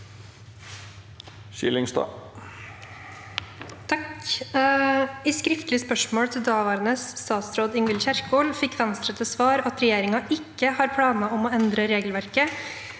Skillingstad (V) «I skriftlig spørsmål til daværende statsråd Ingvild Kjerkol fikk Venstre til svar at regjeringen ikke har noen planer om å endre regelverket